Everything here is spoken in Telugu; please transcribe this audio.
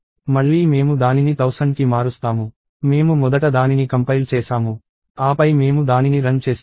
మళ్ళీ మేము దానిని 1000కి మారుస్తాము మేము మొదట దానిని కంపైల్ చేసాము ఆపై మేము దానిని రన్ చేస్తాము